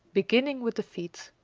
beginning with the feet.